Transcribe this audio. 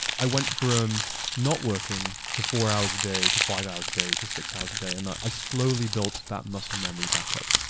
i went from not working to four hours a day, to five hours a day, to six hours a day. and i slowly built that muscle memory back up.